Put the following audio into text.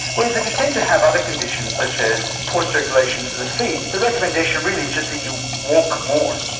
whereas if you tend to have other conditions, such as poor circulation to the feet, the recommendation really is just that you walk more.